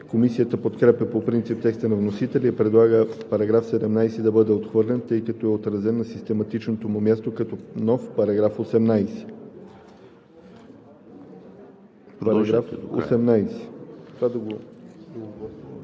Комисията подкрепя по принцип текста на вносителя, но предлага § 17 да бъде отхвърлен, тъй като е отразен на систематичното му място като нов § 18. По § 18